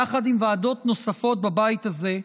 יחד עם ועדות נוספות בבית הזה,